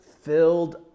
filled